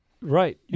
Right